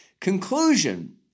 conclusion